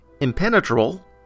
impenetrable